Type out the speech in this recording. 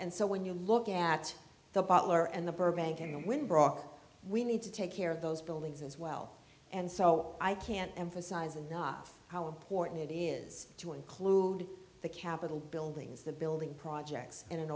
and so when you look at the bottler and the burbank and when brought we need to take care of those buildings as well and so i can't emphasize enough how important it is to include the capital buildings the building projects in an